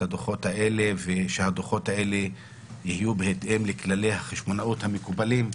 הדוחות האלה ושהדוחות האלה יהיו בהתאם לכללי החשבונאות המקובלים.